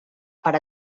per